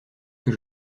que